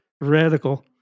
radical